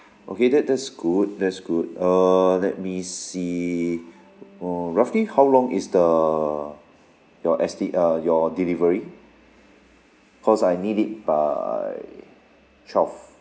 okay that that's good that's good err let me see uh roughly how long is the your esti~ uh your delivery cause I need it by twelve